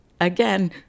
Again